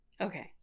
Okay